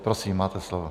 Prosím, máte slovo.